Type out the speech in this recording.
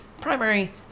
Primary